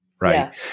Right